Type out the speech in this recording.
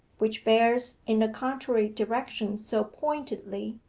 which bears in the contrary direction so pointedly,